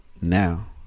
now